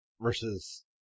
versus